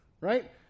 right